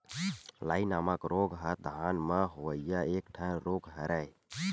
लाई नामक रोग ह धान म होवइया एक ठन रोग हरय